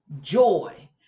joy